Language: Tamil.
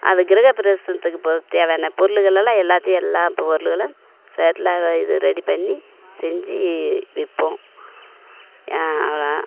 அது கிரகப்பிரவேசத்துக்கு இப்போ தேவையான பொருளுகளைல்லாம் எல்லாத்தையும் எல்லா பொருள்களும் இது ரெடி பண்ணி செஞ்சு விற்போம் அவ்வளதான்